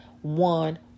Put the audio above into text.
one